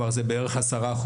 שזה בערך 10%,